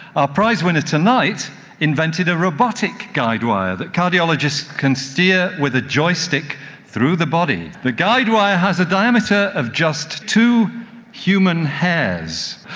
our prize-winner tonight invented a robotic guide wire that cardiologists can steer with a joystick through the body. the guide wire has a diameter of just two human hairs.